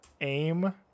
AIM